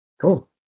Cool